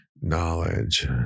knowledge